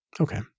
Okay